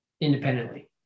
independently